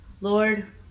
Lord